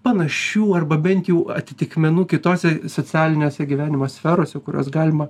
panašių arba bent jau atitikmenų kitose socialinėse gyvenimo sferose kurios galima